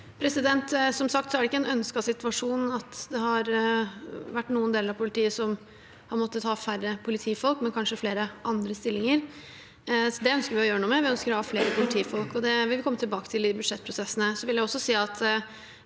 sagt er det ikke en ønsket situasjon at det har vært noen deler av politiet som har måttet ha færre politifolk, men kanskje flere andre stillinger. Det ønsker vi å gjøre noe med. Vi ønsker å ha flere politifolk, og det vil vi komme tilbake til i budsjettprosessene.